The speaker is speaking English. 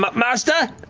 but master?